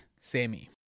Sammy